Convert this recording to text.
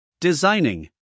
Designing